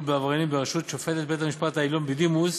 בעבריינים בראשות שופטת בית-המשפט העליון בדימוס